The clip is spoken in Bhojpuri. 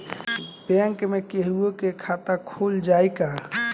बैंक में केहूओ के खाता खुल जाई का?